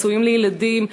צעצועים לילדים,